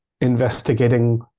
investigating